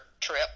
trip